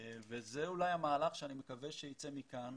זה אולי המהלך שאני מקווה שיצא מכאן.